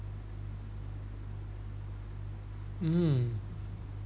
mm